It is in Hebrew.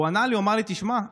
והוא ענה לי ואמר לי: תשמע,